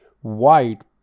white